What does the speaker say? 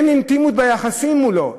אין אינטימיות ביחסים מולו.